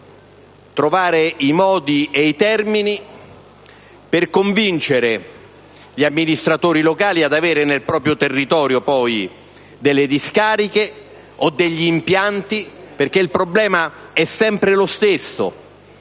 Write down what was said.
trovare i modi e i termini per convincere gli amministratori locali ad avere nel proprio territorio delle discariche o degli impianti. Il problema è sempre lo stesso,